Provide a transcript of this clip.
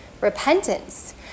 repentance